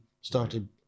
started